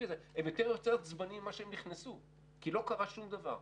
הם ביותר במצב עצבני מכפי שהם נכנסו כי לא קרה שום דבר.